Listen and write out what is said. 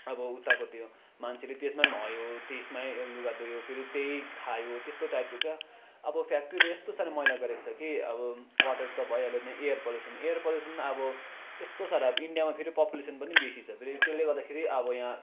अब उताको त्यो मान्छेले त्यसमै नुहायो त्यसमै लुगा धुयो फेरि त्यही खायो त्यस्तो टाइपको क्या अब फ्याक्ट्रीले यस्तो साह्रो मैला गरेको छ कि अब वाटर त भइहाल्यो होइन एयर पल्युसन एयर पल्युसन अब यस्तो साह्रो अब इन्डियामा फेरि पपुलेसन पनि बेसी छ फेरि त्यसले गर्दाखेरि अब यहाँ